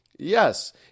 Yes